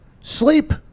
sleep